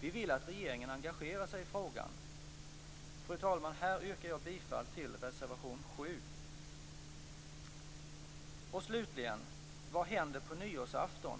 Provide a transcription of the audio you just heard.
Vi vill att regeringen engagerar sig i frågan. Fru talman! Här yrkar jag bifall till reservation 7. Slutligen: Vad händer på nyårsafton?